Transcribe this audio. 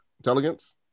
intelligence